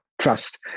trust